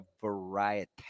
variety